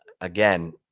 again